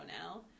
now